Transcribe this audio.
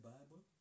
Bible